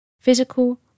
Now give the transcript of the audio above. Physical